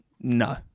No